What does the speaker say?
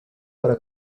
para